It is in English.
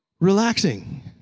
relaxing